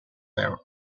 their